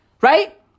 Right